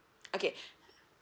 okay